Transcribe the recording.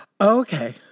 Okay